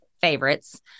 favorites